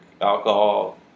alcohol